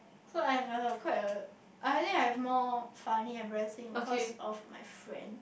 so I have a quite a I think I have more funny embarrassing because of my friend